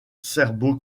serbo